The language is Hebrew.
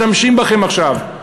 משתמשים בכם עכשיו.